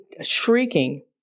shrieking